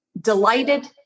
delighted